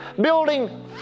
building